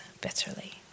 bitterly